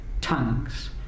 tongues